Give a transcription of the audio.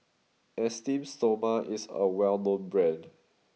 Esteem Stoma is a well known brand